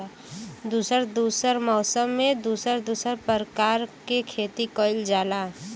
दुसर दुसर मौसम में दुसर दुसर परकार के खेती कइल जाला